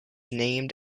named